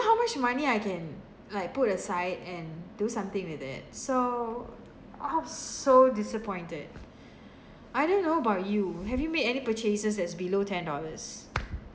you know how much money I can like put aside and do something with it so I was so disappointed I don't know about you have you made any purchases that's below ten dollars